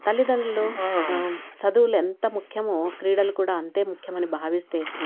తల్లిదండ్రులు చదువులు ఎంత ముఖ్యమో క్రీడలు కూడా అంతే ముఖ్యమని భావిస్తే